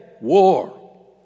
war